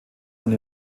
und